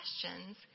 questions